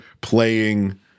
playing